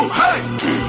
hey